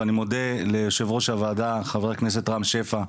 ואני מודה ליו"ר הוועדה חבר הכנסת רם שפע,